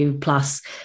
plus